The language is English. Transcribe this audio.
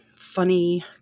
funny